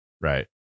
right